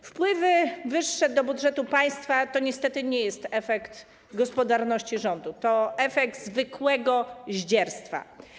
Wyższe wpływy do budżetu państwa to niestety nie jest efekt gospodarności rządu, to efekt zwykłego zdzierstwa.